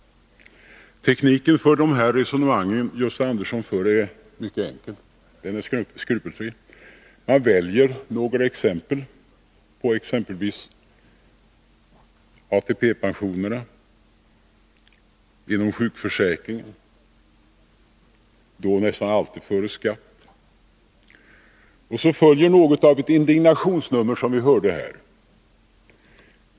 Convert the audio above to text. Tekniken för de resonemang Gösta Andersson för är mycket enkel. Den är skrupelfri. Han väljer några exempel från ATP-systemet eller inom sjukförsäkringen — då nästan alltid före skatt. Så följer något av ett indignationsnummer, som vi hörde nyss.